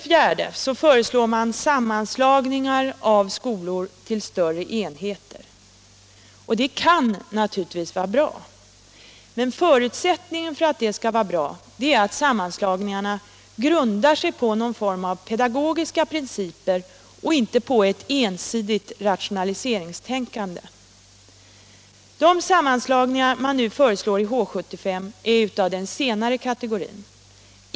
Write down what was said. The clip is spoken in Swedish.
Man föreslår sammanslagningar av skolor till större enheter, och det kan naturligtvis vara bra. Men förutsättningen för att det skall vara bra är att sammanslagningarna grundar sig på någon form av pedagogiska principer, inte på ett ensidigt rationaliseringstänkande. De sammanslagningar man föreslår i H-75 är av den senare kategorin.